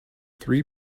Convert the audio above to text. three